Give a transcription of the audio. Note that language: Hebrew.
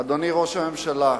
אדוני ראש הממשלה,